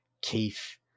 Keith